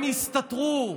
הם הסתתרו,